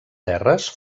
terres